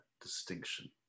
distinction